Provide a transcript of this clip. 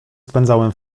spędzałem